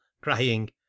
crying